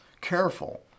careful